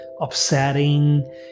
upsetting